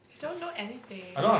you don't know anything